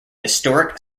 historic